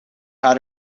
how